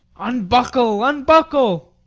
unbuckle, unbuckle.